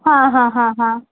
हां हां हां हां